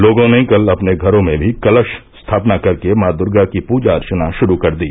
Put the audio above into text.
लोगों ने कल अपने घरो में भी कलश स्थापना कर के मॉ दुर्गा की पूजा अर्चना शुरू कर दी